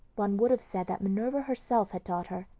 one would have said that minerva herself had taught her.